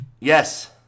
Yes